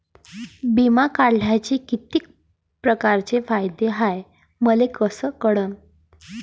बिमा काढाचे कितीक परकारचे फायदे हाय मले कस कळन?